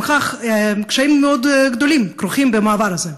קשיים מאוד גדולים כרוכים במעבר הזה.